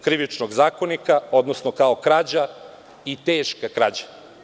Krivičnog zakonika, odnosno kao krađa i teška krađa.